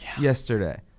yesterday